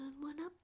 one-up